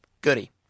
Goody